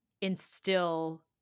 instill